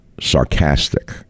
sarcastic